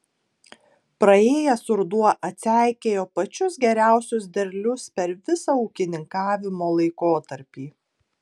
praėjęs ruduo atseikėjo pačius geriausius derlius per visą ūkininkavimo laikotarpį